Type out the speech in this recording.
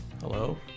Hello